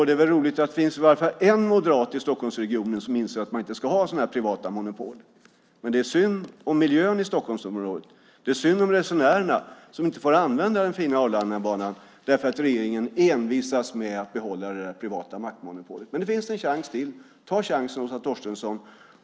Det är roligt att det finns åtminstone en moderat i Stockholmsregionen som inser att man inte ska ha sådana här privata monopol. Men det är synd om miljön i Stockholmsområdet, och det är synd om resenärerna som inte få använda den fina Arlandabanan därför att regeringen envisas med att behålla det privata maktmonopolet. Men det finns en chans till. Ta chansen, Åsa Torstensson!